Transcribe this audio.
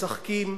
משחקים